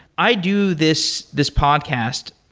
i do this this podcast,